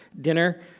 dinner